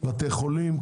בתי חולים,